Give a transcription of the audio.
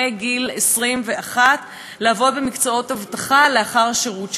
גיל 21 לעבוד במקצועות אבטחה לאחר השירות שלהן.